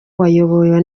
wayobowe